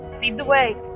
lead the way.